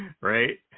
Right